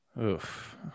Oof